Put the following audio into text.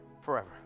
forever